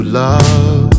love